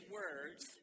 words